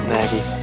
Maggie